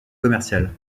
commerciale